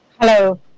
Hello